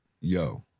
Yo